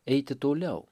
eiti toliau